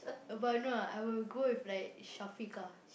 but no ah I will go with like Shafiqah